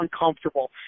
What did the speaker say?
uncomfortable